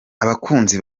abakunzi